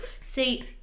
See